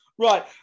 right